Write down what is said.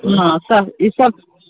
उहाँ सब ई सब